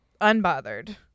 unbothered